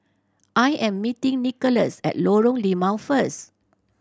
I am meeting Nikolas at Lorong Limau first